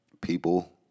people